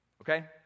Okay